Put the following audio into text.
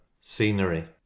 Scenery